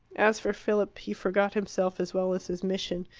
as for philip, he forgot himself as well as his mission.